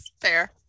Fair